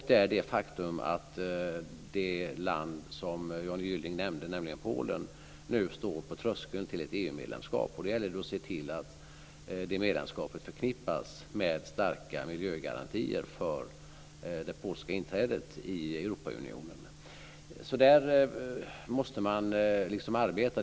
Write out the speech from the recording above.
Det är ett faktum att det land som Johnny Gylling nämnde, nämligen Polen, nu står på tröskeln till ett EU-medlemskap. Då gäller det att se till att det polska inträdet i Europaunionen förknippas med starka miljögarantier. Så där måste man arbeta.